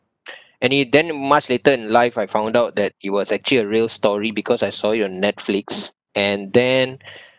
and he then much later in life I found out that it was actually a real story because I saw it on Netflix and then